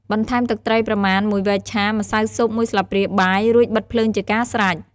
បន្ថែមទឹកត្រីប្រមាណ មួយវែកឆា ម្សៅស៊ុប មួយស្លាបព្រាបាយ រួចបិទភ្លើងជាការស្រេច។